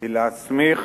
היא להסמיך